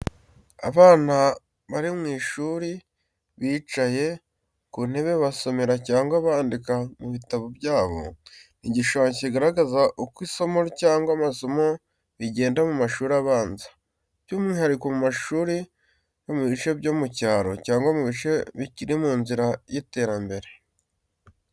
Abana bari mu ishuri, bicaye ku ntebe basomera cyangwa bandika mu bitabo byabo. Ni igishushanyo kigaragaza uko isomo cyangwa amasomo bigenda mu mashuri abanza, by’umwihariko mu mashuri yo mu bice byo mu cyaro cyangwa mu bice bikiri mu nzira y’iterambere.